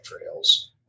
trails